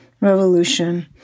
revolution